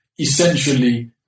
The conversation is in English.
essentially